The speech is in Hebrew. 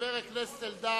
חבר הכנסת אלדד